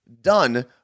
done